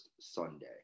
Sunday